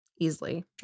Easily